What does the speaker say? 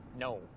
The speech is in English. No